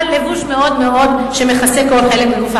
אבל לבוש שמכסה מאוד מאוד כל חלק בגופן.